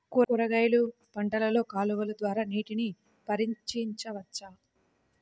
కూరగాయలు పంటలలో కాలువలు ద్వారా నీటిని పరించవచ్చా?